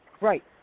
Right